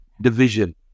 division